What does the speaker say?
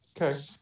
Okay